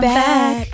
back